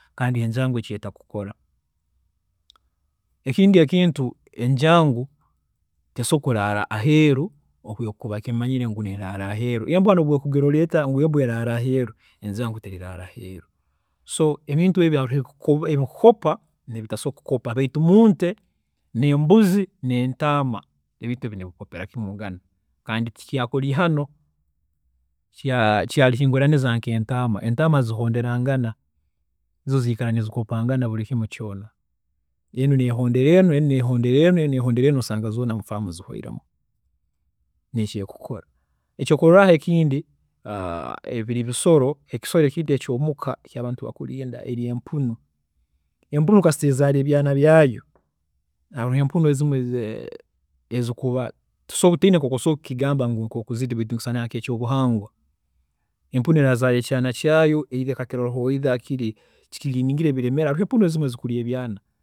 ﻿Kandi enjaangu eki etakukora, ekindi ekintu enjaangu tesobola kuraara aheru, embwa nobu ekugirola eta ngu embwa eraara aheeru, enjaangu teriraara aheru. So ebintu haroho ebiri ebikukopa kandi haroho ebikukopa nebitasobola kukopa baitu munte nembuzi nentaama, ebint ebi nibikoperakimu'ngana, kandi tikyaburi ihano kyari hinguraniza nk'entaama. Entaama zihonderangana, izo ziikara nizikopangana buri kimu kyoona, enu nehondera enu, enu nehondera enu, enu nehondera enu nosanga zoona mu faamu zihwiiremu, nikyo ekukora. Ekyokurorraho ekindi, ekisolo ekindi ekyomuka eki abantu bakurinda eba mpunu, empunu kasita ezzara ebyaana byaayo, haroho empunu ezimu ezikuba, nkoku osobola kukigamba baitu nikisana nkekyobuhangwa, empunu eraazaara ekyaana kyayo ekakirolaho ekikiriniingire kiremere, haroho empunu ezikurya ebyaana